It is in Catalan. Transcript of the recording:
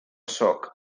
sóc